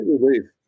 relief